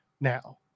Now